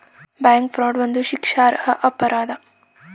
bank fraud ಒಂದು ಶಿಕ್ಷಾರ್ಹ ಅಪರಾಧ